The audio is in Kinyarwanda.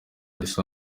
risa